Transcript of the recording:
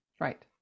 Right